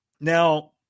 Now